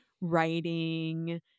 writing